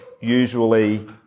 usually